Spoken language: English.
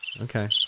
Okay